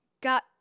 got